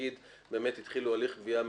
אם התחילו הליך גבייה מינהלי,